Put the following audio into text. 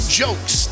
jokes